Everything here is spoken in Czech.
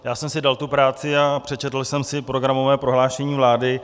Já jsem si dal tu práci a přečetl jsem si programové prohlášení vlády.